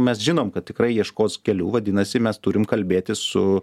mes žinom kad tikrai ieškos kelių vadinasi mes turim kalbėtis su